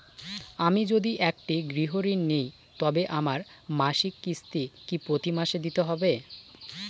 আমি যদি একটি গৃহঋণ নিই তবে আমার মাসিক কিস্তি কি প্রতি মাসে দিতে হবে?